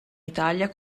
italia